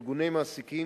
ארגוני המעסיקים,